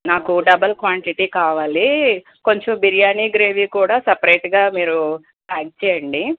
నాకు double quantity కావాలి కొంచెం బిర్యానీ గ్రేవీ కూడా సపరేట్గా మీరు ప్యాక్ చెయ్యండి